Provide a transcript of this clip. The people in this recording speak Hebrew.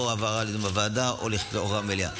או העברה לדיון בוועדה או במליאה.